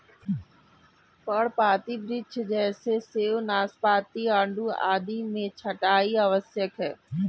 पर्णपाती वृक्ष जैसे सेब, नाशपाती, आड़ू आदि में छंटाई आवश्यक है